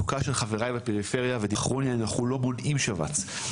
שמציג את שכר הממוצע של רופא בכיר